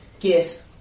Yes